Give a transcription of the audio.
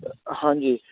ਹਾਂਜੀ